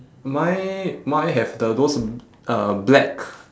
mine mine have the those uh black